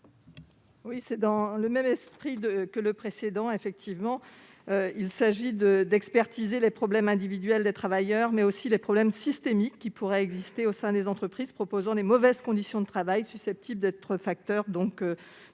s'inscrit dans le même esprit que celui qui vient d'être présenté. Il s'agit d'expertiser les problèmes individuels des travailleurs, mais aussi les problèmes systémiques qui pourraient exister au sein des entreprises proposant des mauvaises conditions de travail susceptibles de constituer des facteurs